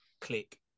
click